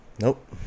Nope